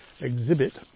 exhibit